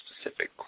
specific